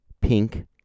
pink